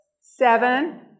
seven